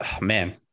man